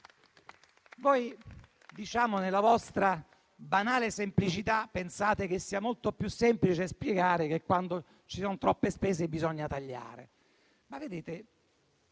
Nella vostra banale semplicità, pensate che sia molto più semplice spiegare che quando ci sono troppe spese bisogna tagliare. Io non